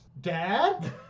Dad